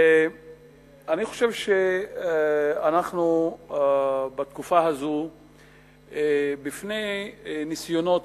אני חושב שאנחנו עומדים בתקופה הזו בפני ניסיונות